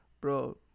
Bro